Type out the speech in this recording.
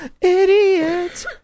idiot